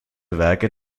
werke